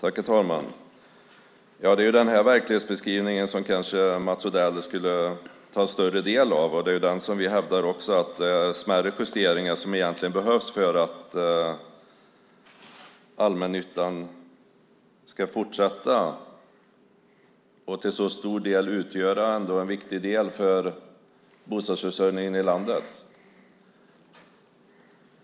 Herr talman! Det är denna verklighetsbeskrivning som Mats Odell kanske skulle ta större del av. Vi hävdar att det är smärre justeringar som behövs för att allmännyttan ska fortsätta utgöra en stor och viktig del av bostadsförsörjningen i landet.